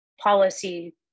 policy